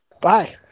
Bye